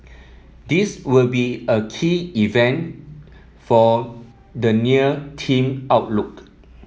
this will be a key event for the near team outlook